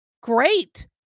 great